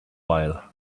while